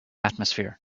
atmosphere